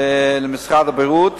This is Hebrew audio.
למשרד הבריאות.